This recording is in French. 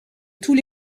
tous